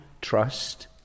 trust